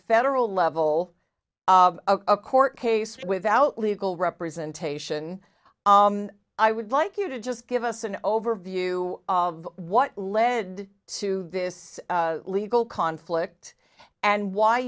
federal level a court case without legal representation i would like you to just give us an overview of what led to this legal conflict and why